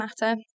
matter